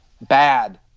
bad